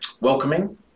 welcoming